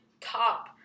top